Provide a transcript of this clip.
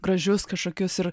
gražius kažkokius ir